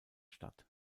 statt